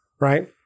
Right